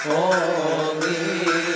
Holy